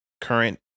current